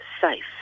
safe